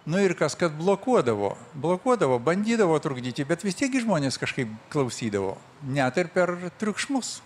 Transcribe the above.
nu ir kas kad blokuodavo blokuodavo bandydavo trukdyti bet vis tiek gi žmonės kažkaip klausydavo net ir per triukšmus